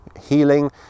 healing